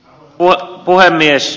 arvoisa puhemies